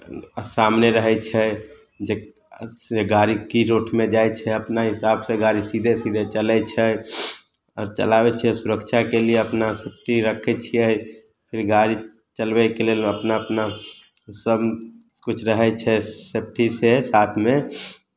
सामने रहै छै जे से गाड़ी की रूटमे जाइ छै अपना हिसाबसँ गाड़ी सीधे सीधे चलै छै आओर चलाबै छियै सुरक्षाके लिए अपना की रखै छियै गाड़ी चलबैके लेल अपना अपना सभकिछु रहै छै सेफ्टीसँ साथमे